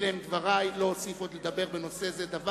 אלה הם דברי, ולא אוסיף עוד לדבר בנושא זה דבר.